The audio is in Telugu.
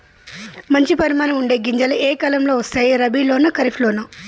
మంచి పరిమాణం ఉండే గింజలు ఏ కాలం లో వస్తాయి? రబీ లోనా? ఖరీఫ్ లోనా?